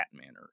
manner